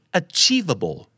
achievable